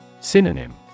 Synonym